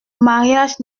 mariage